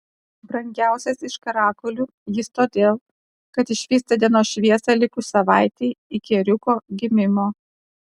brangiausias iš karakulių jis todėl kad išvysta dienos šviesą likus savaitei iki ėriuko gimimo